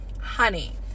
honey